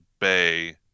Bay